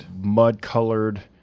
mud-colored